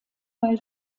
bei